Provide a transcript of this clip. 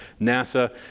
NASA